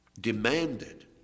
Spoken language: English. demanded